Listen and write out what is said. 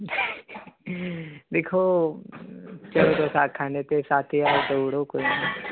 दिक्खो चलो तुस आक्खै ने ते सत्त ज्हार देई ओड़ो कोई निं